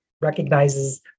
recognizes